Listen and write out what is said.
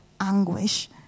anguish